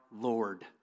Lord